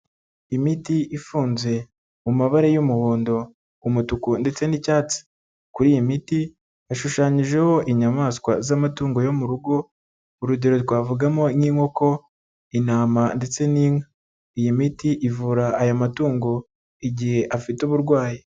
imiti ifunze mu mabara y'umuhondo, umutuku, ndetse n'icyatsi. Kuri iyi miti yashushanyijeho inyamaswa z'amatungo yo mu rugo urugerore twavugamo nk'inkoko, intama, ndetse n'inka, iyi miti ivura aya matungo igihe afite uburwayi.